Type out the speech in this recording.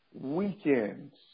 weekends